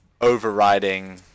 overriding